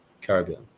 caribbean